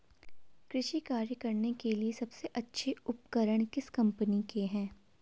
कृषि कार्य करने के लिए सबसे अच्छे उपकरण किस कंपनी के हैं?